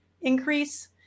increase